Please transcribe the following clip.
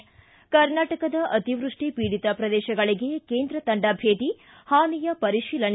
ಿ ಕರ್ನಾಟಕದ ಅತಿವೃಷ್ಠಿ ಪೀಡಿತ ಪ್ರದೇಶಗಳಿಗೆ ಕೇಂದ್ರ ತಂಡ ಭೇಟಿ ಹಾನಿಯ ಪರಿಶೀಲನೆ